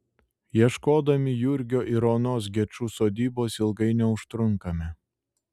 ieškodami jurgio ir onos gečų sodybos ilgai neužtrunkame